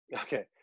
Okay